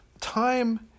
time